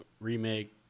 remake